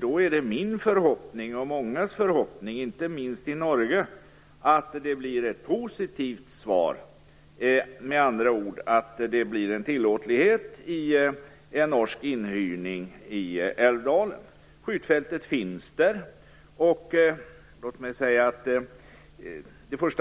Då är det min och mångas - inte minst i Norge - förhoppning att det blir ett positivt svar. Med andra ord att det blir tillåtet med en norsk inhyrning i När